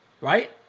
Right